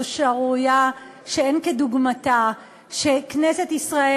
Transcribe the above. זו שערורייה שאין כדוגמתה שכנסת ישראל